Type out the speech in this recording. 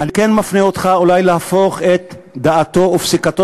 אני כן מפנה אותך אולי להפוך את דעתו ופסיקתו